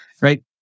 right